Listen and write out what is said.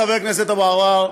חבר הכנסת אבו עראר,